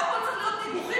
לא הכול צריך להיות סיבוכים,